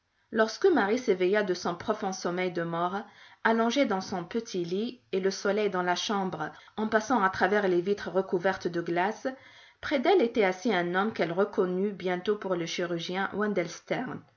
lorsque marie s'éveilla de son profond sommeil de mort allongée dans son petit lit et le soleil dans la chambre en passant à travers les vitres recouvertes de glace près d'elle était assis un homme qu'elle reconnut bientôt pour le chirurgien